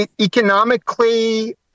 Economically